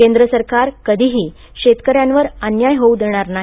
केंद्र सरकार कधीही शेतक यांवर अन्याय होऊ देणार नाही